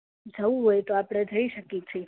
જવું હોય તો આપળે જઇ શકી છી